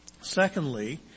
Secondly